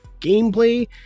gameplay